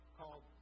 called